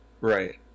Right